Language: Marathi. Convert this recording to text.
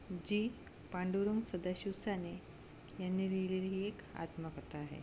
जी पांडुरंग सदाशिव साने यांनी लिहिलेली ही एक आत्मकथा आहे